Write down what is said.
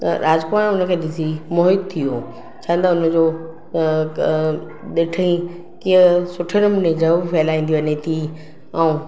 त राजकुमार हुनखे ॾिसी मोहित थी वियो छा न त उनजो अ क ॾिठाईं कीअं सुठे नमूने जव पई फहिलाईंदी वञे थी ऐं